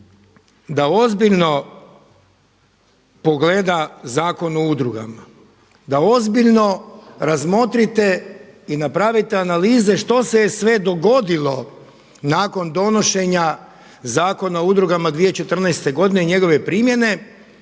da ozbiljno pogleda Zakon o udrugama, da ozbiljno razmotrite i napravite analize što se je sve dogodilo nakon donošenja Zakona o udrugama 2014. godine i njegove primjene